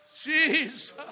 Jesus